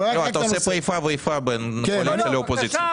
אתה עושה פה איפה ואיפה בין קואליציה לאופוזיציה.